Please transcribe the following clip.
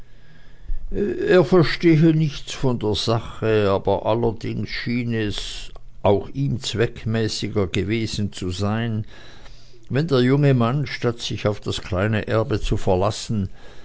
er verstehe nichts von der sache aber allerdings schiene es ihm auch zweckmäßiger gewesen zu sein wenn der junge mann statt sich auf das kleine erbe zu verlassen